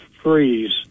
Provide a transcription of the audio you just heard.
freeze